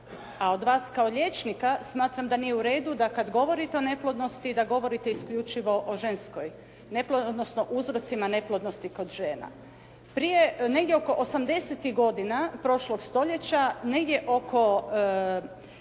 a od vas kao liječnika smatram da nije u redu da kad govorite o neplodnosti da govorite isključivo o ženskoj, odnosno uzrocima neplodnosti kod žena. Prije negdje oko 80-tih godina prošlog stoljeća, negdje oko